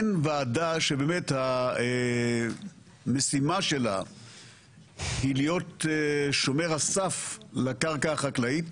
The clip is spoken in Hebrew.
אין ועדה שהמשימה שלה היא להיות שומר הסף לקרקע החקלאית